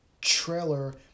trailer